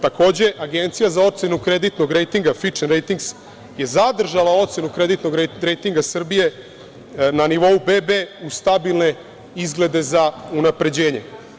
Takođe, Agencija za ocenu kreditnog rejtinga je zadržala ocenu kreditnog rejtinga Srbije na nivou bb u stabilne izglede za unapređenje.